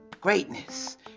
Greatness